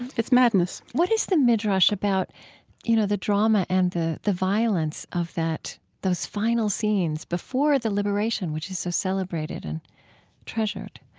it's madness what is the midrash about you know the drama and the the violence of those final scenes before the liberation, which is so celebrated and treasured?